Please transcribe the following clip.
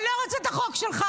מירב, את יכולה